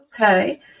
Okay